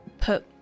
put